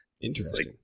Interesting